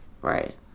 Right